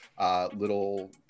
little